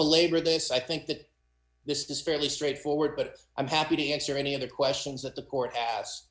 belabor this i think that this is fairly straightforward but i'm happy to answer any of the questions that the court as